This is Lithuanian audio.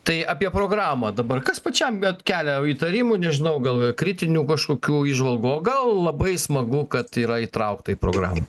tai apie programą dabar kas pačiam vat kelia įtarimų nežinau gal kritinių kažkokių įžvalgų o gal labai smagu kad yra įtraukta į programą